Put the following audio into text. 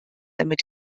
damit